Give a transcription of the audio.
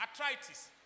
arthritis